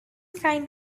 kind